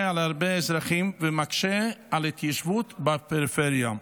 על הרבה אזרחים ומקשה על ההתיישבות בפריפריה.